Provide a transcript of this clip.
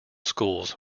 schools